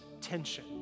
tension